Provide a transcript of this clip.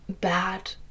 bad